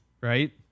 right